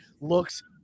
looks